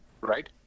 right